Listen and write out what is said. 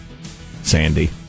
Sandy